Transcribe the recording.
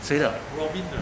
谁的